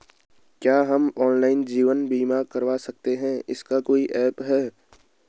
क्या हम ऑनलाइन जीवन बीमा करवा सकते हैं इसका कोई ऐप है?